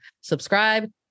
Subscribe